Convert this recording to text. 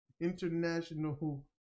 International